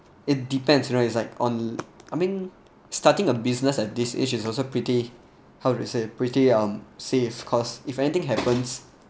it depends right it's like on I mean starting a business at this age is also pretty how to say pretty um safe cause if anything happens